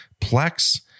Plex